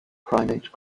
primate